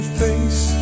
face